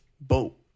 boat